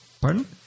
Pardon